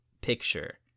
picture